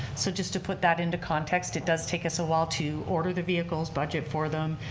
so just to put that into context, it does take us a while to order the vehicles, budget for them,